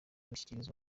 gushyikirizwa